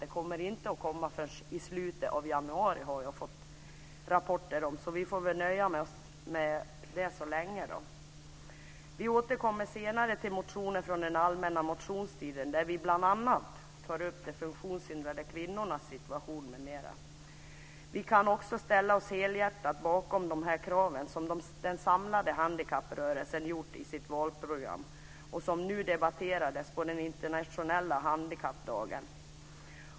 Den kommer inte förrän i slutet av januari, har jag fått rapporter om. Vi får nöja oss med det så länge. Vi återkommer senare till motioner från den allmänna motionstiden där vi bl.a. tar upp de funktionshindrade kvinnornas situation m.m. Vi kan också ställa oss helhjärtat bakom de krav som den samlade handikapprörelsen gjort i sitt valprogram och som debatterades nu på den internationella handikappdagen.